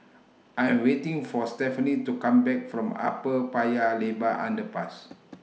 I Am waiting For Stefanie to Come Back from Upper Paya Lebar Underpass